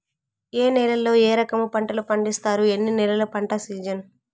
ఏ నేలల్లో ఏ రకము పంటలు పండిస్తారు, ఎన్ని నెలలు పంట సిజన్?